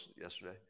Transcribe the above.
yesterday